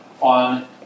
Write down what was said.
on